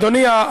אדוני,